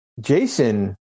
Jason